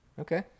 Okay